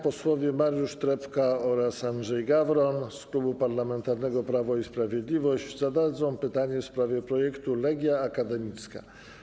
Posłowie Mariusz Trepka oraz Andrzej Gawron z Klubu Parlamentarnego Prawo i Sprawiedliwość zadadzą pytanie w sprawie projektu Legia Akademicka.